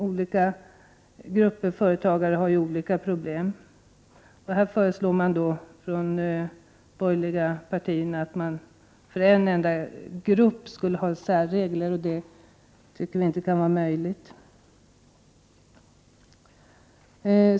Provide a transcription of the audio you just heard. Olika grupper företagare har ju olika problem. Från de borgerliga partierna föreslås här att man för en enda grupp skulle ha särregler. Det tycker vi inte är möjligt.